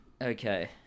okay